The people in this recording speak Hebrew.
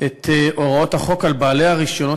את הוראות החוק על בעלי הרישיונות